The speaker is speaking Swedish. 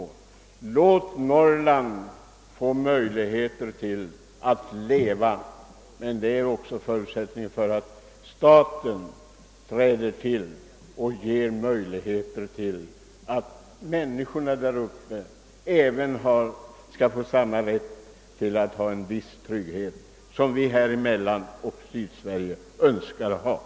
Vi bör låta Norrland få möjligheter att leva, men förutsättningen för det är att staten träder till och ger människorna där uppe samma rätt till trygghet som vi här i Mellansverige och Sydsverige kräver.